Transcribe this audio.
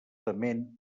tement